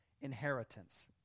inheritance